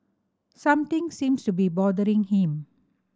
something seems to be bothering him